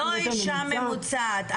לא אישה ממוצעת.